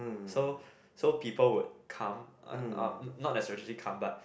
so so people would come uh um not necessarily come but